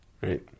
Right